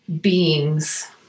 beings